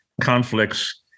conflicts